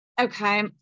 Okay